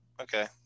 okay